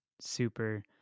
super